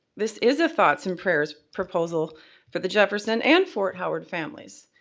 this is a thoughts and prayers proposal for the jefferson and fort howard families.